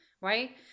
right